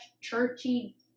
churchy